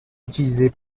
utilisée